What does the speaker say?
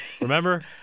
Remember